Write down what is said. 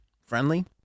friendly